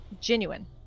genuine